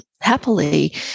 happily